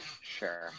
Sure